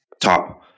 top